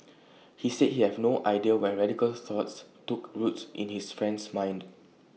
he said he have no idea when radical thoughts took root in his friend's mind